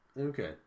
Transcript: Okay